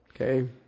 Okay